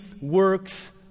works